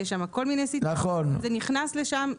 זה נכנס שם.